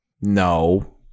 No